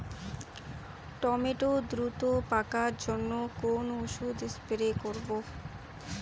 Tomato দ্রুত পাকার জন্য কোন ওষুধ স্প্রে করব?